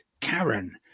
Karen